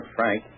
Frank